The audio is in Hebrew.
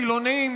חילונים,